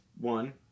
one